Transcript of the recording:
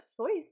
choice